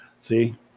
See